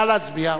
נא להצביע.